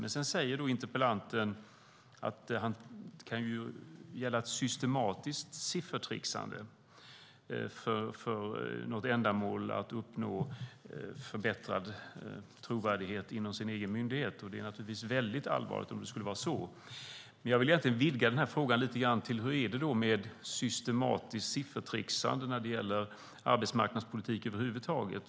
Interpellanten säger att det kan vara fråga om ett systematiskt siffertricksande för att uppnå förbättrad trovärdighet för sin egen myndighet. Om det skulle vara så är det naturligtvis väldigt allvarligt. Jag skulle vilja vidga frågan lite grann. Hur är det med systematiskt siffertricksande när det gäller arbetsmarknadspolitiken över huvud taget.